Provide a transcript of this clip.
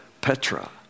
Petra